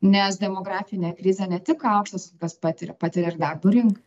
nes demografinę krizę ne tik aukštas kas patiria patiria ir darbo rink